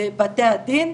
בתי הדין,